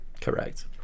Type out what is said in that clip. Correct